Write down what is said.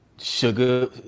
sugar